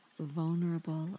vulnerable